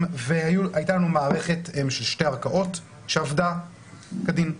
והייתה לנו מערכת של שתי ערכאות שעבדה כדין.